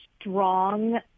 strong